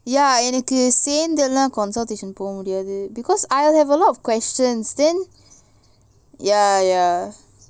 ya எனக்குசேர்ந்துலாம்:enaku sernthulam consultation போகமுடியாது:poga mudiyathu because I have a lot of questions then ya ya